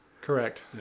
correct